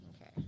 Okay